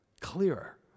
clearer